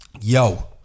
Yo